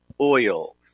oil